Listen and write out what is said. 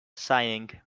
sighing